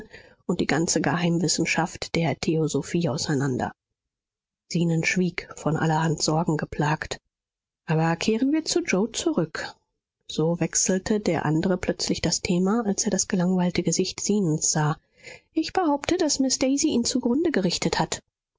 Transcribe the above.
und die ganze geheimwissenschaft der theosophie auseinander zenon schwieg von allerhand sorgen geplagt aber kehren wir zu yoe zurück so wechselte der andere plötzlich das thema als er das gelangweilte gesicht zenons sah ich behaupte daß miß daisy ihn zugrunde gerichtet hat